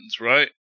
right